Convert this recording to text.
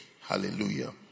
Hallelujah